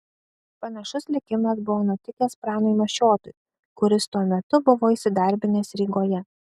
panašus likimas buvo nutikęs pranui mašiotui kuris tuo metu buvo įsidarbinęs rygoje